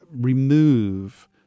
remove